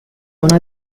una